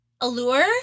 allure